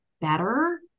better